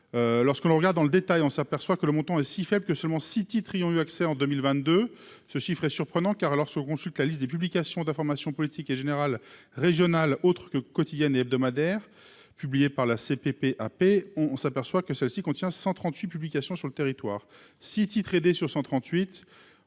lorsque l'on regarde dans le détail, on s'aperçoit que le montant est si faible que seulement 6 Ty Tryon eu accès en 2022, ce chiffre est surprenant car alors se consulte la liste des publications d'information politique et générale régionale autre que quotidienne et hebdomadaire publié par la CPP AP on, on s'aperçoit que celle-ci contient 138 publications sur le territoire : 6 titres sur 138